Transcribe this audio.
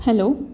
hello